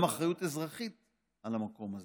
גם אחריות אזרחית על המקום הזה.